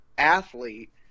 Athlete